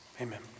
amen